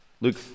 Luke